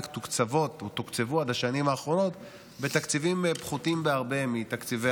מתוקצבות או תוקצבו עד השנים האחרונות בתקציבים פחותים בהרבה מתקציבי